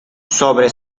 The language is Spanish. sobre